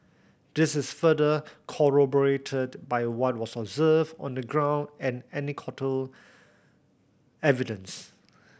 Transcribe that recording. this is further corroborated by what was observed on the ground and anecdotal evidence